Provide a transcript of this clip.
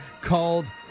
called